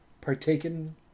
partaken